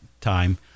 time